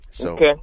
Okay